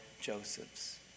Josephs